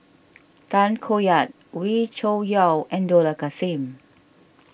Tay Koh Yat Wee Cho Yaw and Dollah Kassim